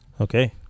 Okay